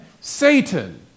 Satan